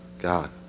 God